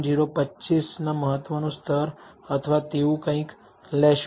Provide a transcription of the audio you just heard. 025 ના મહત્વનું સ્તર અથવા તેવું કંઈક લેશો